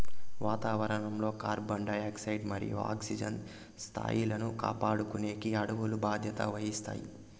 వాతావరణం లో carbon dioxide మరియు ఆక్సిజన్ స్థాయిలను కాపాడుకునేకి అడవులు బాధ్యత వహిస్తాయి